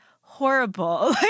horrible